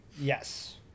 Yes